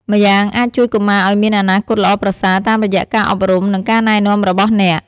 ម្យ៉ាងអាចជួយកុមារឱ្យមានអនាគតល្អប្រសើរ តាមរយៈការអប់រំ និងការណែនាំរបស់អ្នក ។